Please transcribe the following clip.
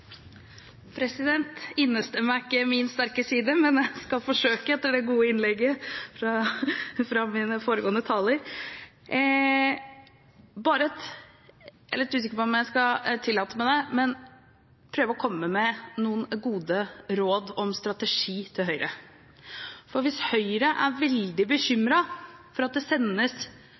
Innestemme er ikke min sterke side, men jeg skal forsøke etter det gode innlegget fra foregående taler. Jeg er litt usikker på om jeg skal tillate meg det, men jeg skal prøve å komme med noen gode råd om strategi til Høyre. For hvis Høyre er veldig